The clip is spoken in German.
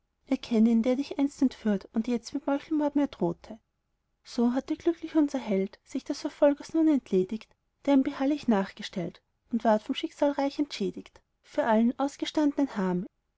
ihn der dich einst entführt und jetzt mit meuchelmord mir drohte so hatte glücklich unser held sich des verfolgers nun entledigt der ihm beharrlich nachgestellt und ward vom schicksal reich entschädigt für allen ausgestandnen harm